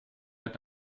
het